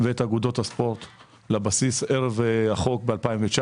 ואת אגודות הספורט לבסיס ערב החוק ב-2019